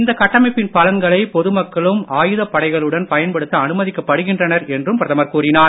இந்த கட்டமைப்பின் பலன்களை பொது மக்களும் ஆயுதப்படைகளுடன் பயன்படுத்த அனுமதிக்கப்படுகின்றனர் என்றும் பிரதமர் கூறினார்